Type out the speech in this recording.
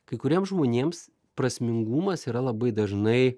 kai kuriem žmonėms prasmingumas yra labai dažnai